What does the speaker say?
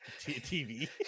TV